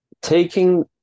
taking